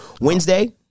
Wednesday